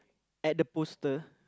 at the poster